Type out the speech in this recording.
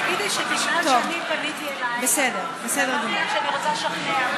תגידי שבגלל שאני פניתי אלייך ואמרתי לך שאני רוצה לשכנע,